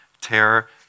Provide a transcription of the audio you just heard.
terror